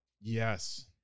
yes